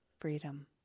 freedom